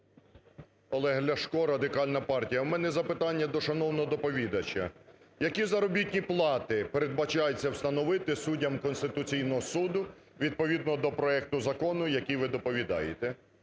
Олег Ляшко, Радикальна партія. У мене запитання до шановного доповідача. Які заробітні плати передбачається встановити суддям Конституційного Суду відповідно до проекту закону, який ви доповідаєте?